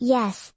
Yes